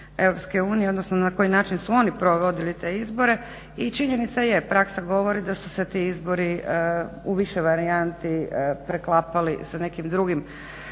Eu odnosno na koji način su oni provodili te izbore i činjenica je, praksa govori da su se ti izbori u više varijanti preklapali sa nekim drugim